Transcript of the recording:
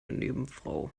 nebenfrau